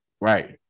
Right